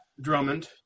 Drummond